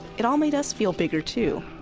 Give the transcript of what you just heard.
it all made us feel bigger too,